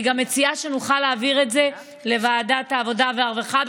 אני גם מציעה שנוכל להעביר את זה לוועדת העבודה והרווחה,